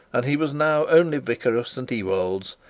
and he was now only vicar of st ewold's,